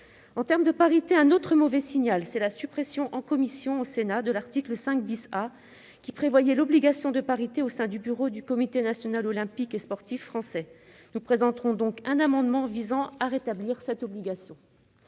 En termes de parité, un autre mauvais signal est la suppression en commission de l'article 5 A, qui prévoyait l'obligation de parité au sein du bureau du Comité national olympique et sportif français. Nous présenterons donc un amendement visant à rétablir cette obligation.